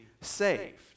saved